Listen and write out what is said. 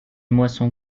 moisson